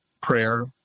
prayer